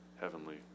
heavenly